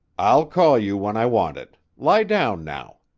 i'll call you when i want it lie down now.